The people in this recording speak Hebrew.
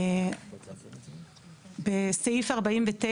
בסעיף 49,